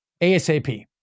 ASAP